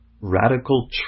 radical